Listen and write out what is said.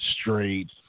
straight